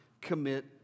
commit